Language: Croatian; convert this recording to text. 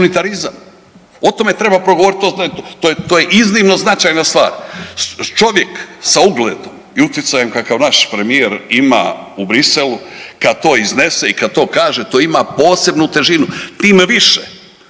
O tome treba progovoriti. To je iznimno značajna stvar. Čovjek sa ugledom i utjecajem kakav naš premijer ima u Bruxellesu kada to iznese i kada to kaže to ima posebnu težinu time više